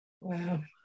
Wow